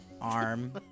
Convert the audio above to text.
arm